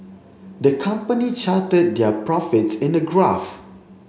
the company charted their profits in a graph